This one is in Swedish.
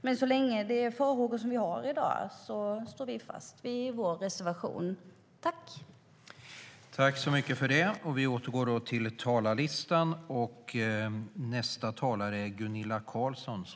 Men så länge vi har de farhågor som vi har i dag står vi fast vid vår reservation.